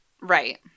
Right